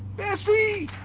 bessie.